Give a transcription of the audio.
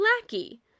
lackey